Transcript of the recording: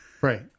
Right